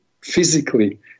physically